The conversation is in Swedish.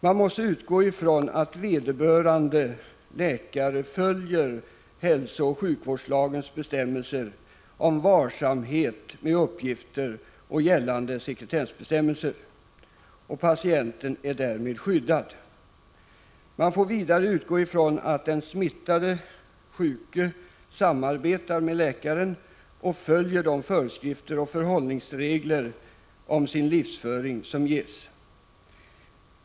Vi måste utgå från att vederbörande läkare följer hälsooch sjukvårdslagens bestämmelser om varsamhet med uppgifter och gällande sekretessbestämmelser. Patienten är därmed skyddad. Vi får vidare utgå från att den smittade, den sjuke, samarbetar med läkaren och följer de föreskrifter och förhållningsregler om livsföring som ges.